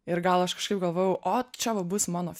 ir gal aš kažkaip galvojau o čia va bus mano